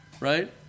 right